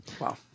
Wow